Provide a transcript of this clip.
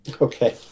Okay